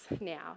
now